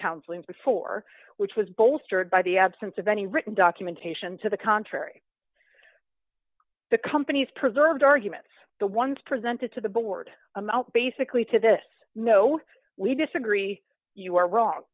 counselling before which was bolstered by the absence of any written documentation to the contrary the company's preserved arguments the ones presented to the board amount basically to this no we disagree you are wrong